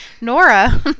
Nora